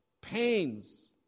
pains